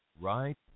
Right